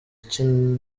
ukina